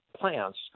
plants